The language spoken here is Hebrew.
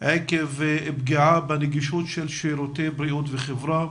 עקב פגיעה בנגישות שירותי הבריאות והחברה,